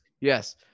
Yes